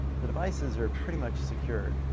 the devices are pretty much secure.